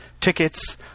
tickets